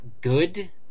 good